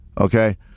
okay